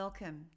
Welcome